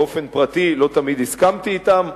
באופן פרטי לא תמיד הסכמתי אתם,